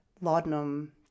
laudanum